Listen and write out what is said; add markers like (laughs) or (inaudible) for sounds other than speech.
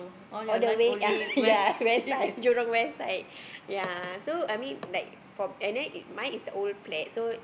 all the way ya (laughs) west side Jurong-West side ya so I mean like for me and then my is the old flat